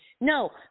No